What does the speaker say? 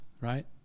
right